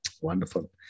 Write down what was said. Wonderful